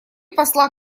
посла